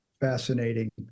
Fascinating